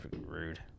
Rude